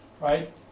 right